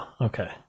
okay